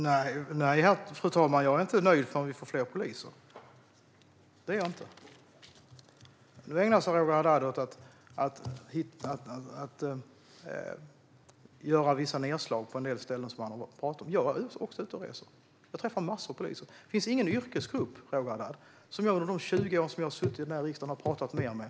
Fru talman! Nej, Roger Haddad, jag är inte nöjd förrän vi har fått fler poliser. Nu talar Roger Haddad om de nedslag han har gjort på en del ställen. Jag är också ute och reser och träffar massor av poliser. Under de 20 år jag har suttit i riksdagen finns det ingen yrkesgrupp jag har pratat mer med.